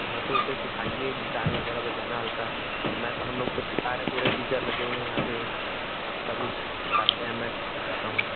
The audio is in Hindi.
हाँ तो उसे सिखाइए गिटार वग़ैरह बजाना हल्का मैं हम लोग तो सिखा रहे हैं पूरे टीचर लगे हुए हैं यहाँ पर सब लोग सिखाते हैं मैं ख़ुद सिखाता हूँ